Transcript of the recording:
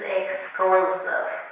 exclusive